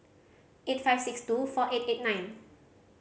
eight five six two four eight eight nine